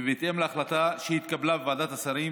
ובהתאם להחלטה שהתקבלה בוועדת השרים,